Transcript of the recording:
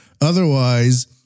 otherwise